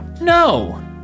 No